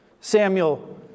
Samuel